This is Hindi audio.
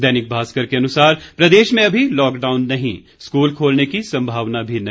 दैनिक भास्कर के अनुसार प्रदेश में अभी लॉकडाउन नहीं स्कूल खोलने की संभावना नहीं